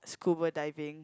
scuba diving